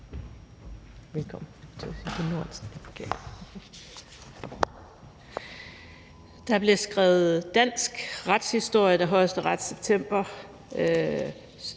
Der blev skrevet dansk retshistorie, da Højesteret i september